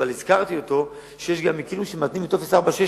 אבל הזכרתי שיש גם מקרים שמתנים טופס 4 כשיש